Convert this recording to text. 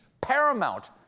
Paramount